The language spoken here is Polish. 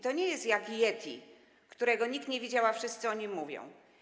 To nie jest jak yeti, którego nikt nie widział, ale wszyscy o nim mówią.